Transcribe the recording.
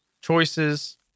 choices